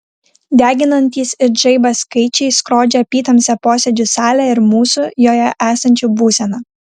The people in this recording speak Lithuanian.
deginantys it žaibas skaičiai skrodžia apytamsę posėdžių salę ir mūsų joje esančių būseną